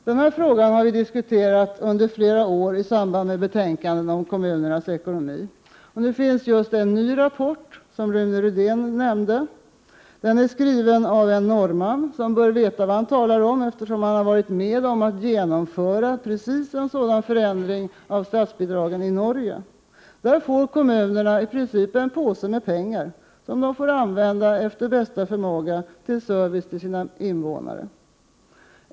Denna fråga har vi diskuterat under flera år i samband med betänkanden om kommunernas ekonomi. Nu finns just en ny rapport, vilken Rune Rydén nämnde. Den är skriven av en norrman, som bör veta vad han talar om, eftersom han har varit med om att genomföra precis en sådan förändring av statsbidragen i Norge. Där får kommunerna i princip en påse med pengar som de får använda efter bästa förmåga till service till sina invånare.